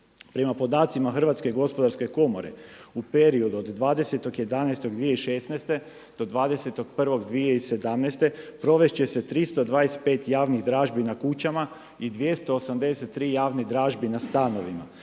Prema podacima Hrvatske gospodarske komore u periodu od 20.11.2016. do 20.01.2017. provest će se 325 javnih dražbi na kućama i 283 javne dražbe na stanovima.